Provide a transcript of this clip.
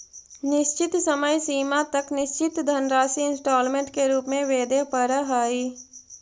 निश्चित समय सीमा तक निश्चित धनराशि इंस्टॉलमेंट के रूप में वेदे परऽ हई